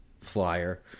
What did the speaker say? flyer